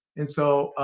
and so,